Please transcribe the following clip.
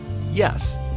Yes